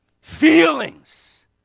Feelings